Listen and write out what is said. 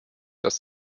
dass